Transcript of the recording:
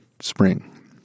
spring